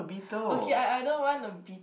okay I I don't want a be